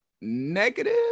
negative